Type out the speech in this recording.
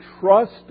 trust